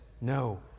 no